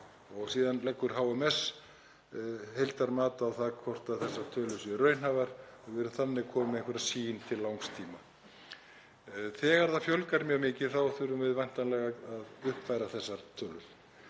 Síðan leggur HMS heildarmat á það hvort þessar tölur séu raunhæfar og við erum þannig komin með einhverja sýn til langs tíma. Þegar það fjölgar mjög mikið þá þurfum við væntanlega að uppfæra þessar tölur.